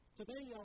today